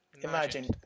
Imagine